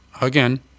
again